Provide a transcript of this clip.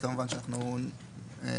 אז כמובן שאנחנו נוסיף.